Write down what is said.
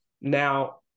Now